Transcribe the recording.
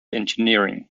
engineering